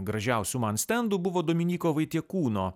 gražiausių man stendų buvo dominyko vaitiekūno